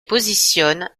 positionne